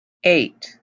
eight